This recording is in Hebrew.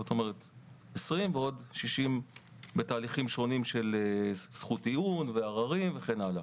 כלומר 20 ועוד 60 בתהליכים שונים של זכות טיעון ועררים וכן הלאה.